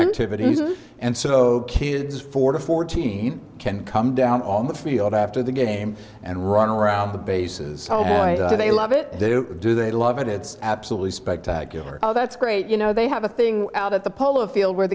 video and so kids four to fourteen can come down on the field after the game and run around the bases they love it they do they love it it's absolutely spectacular oh that's great you know they have a thing out at the polo field where